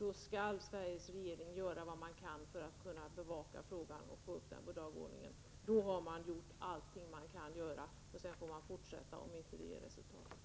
Då skall Sveriges regering göra vad den kan för att bevaka frågan och få upp den på dagordningen. Då har man gjort allt vad man kan göra — och sedan får man fortsätta, om inte det ger resultat.